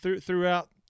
throughout